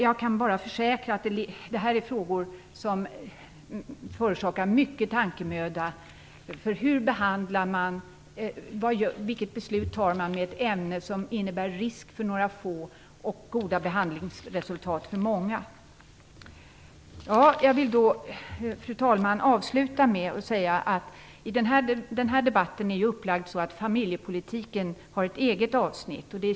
Jag kan bara försäkra att dessa frågor förorsakar mycken tankemöda, för vilket beslut tar man med ett ämne som innebär en risk för några få men goda behandlingsresultat för många? Fru talman! Avslutningsvis: Den här debatten är ju upplagd så att familjepolitiken har ett eget avsnitt.